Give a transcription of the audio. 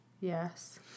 yes